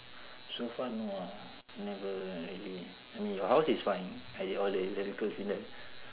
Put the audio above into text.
so far no lah never really I mean your house is fine I all the electricals in the